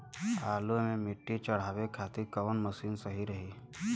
आलू मे मिट्टी चढ़ावे खातिन कवन मशीन सही रही?